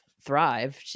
thrive